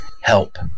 Help